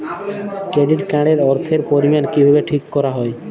Credit card এর অর্থের পরিমান কিভাবে ঠিক করা হয়?